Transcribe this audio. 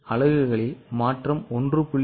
அலகுகளில் மாற்றம் 1